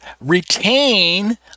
retain